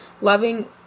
loving